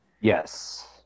Yes